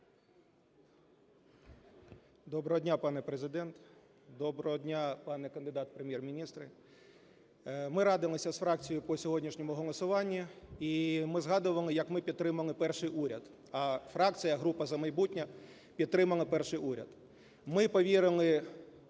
Доброго дня, пане Президент! Доброго дня, пане кандидат в Прем'єр-міністри! Ми радимося з фракцією по сьогоднішньому голосуванню, і ми згадуємо, як ми підтримали перший уряд, фракція "Група – За майбутнє" підтримала перший уряд. Ми повірили,